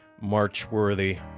march-worthy